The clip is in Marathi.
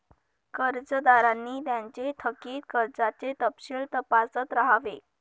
कर्जदारांनी त्यांचे थकित कर्जाचे तपशील तपासत राहावे